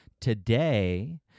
today